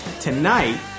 Tonight